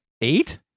eight